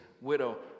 widow